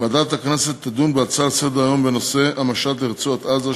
ועדת הכנסת תדון בהצעות לסדר-היום בנושא: המשט לרצועת-עזה,